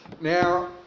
now